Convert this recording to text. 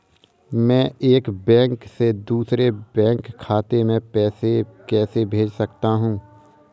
मैं एक बैंक से दूसरे बैंक खाते में पैसे कैसे भेज सकता हूँ?